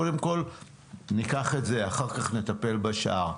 קודם כל ניקח את זה, אחר-כך נטפל בשאר.